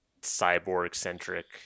cyborg-centric